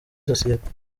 sosiyete